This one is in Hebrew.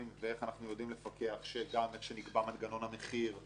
אנו יודעים לפקח שגם איך שנקבע מנגנון המחיר וכו'.